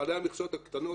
בעלי המכסות הקטנות,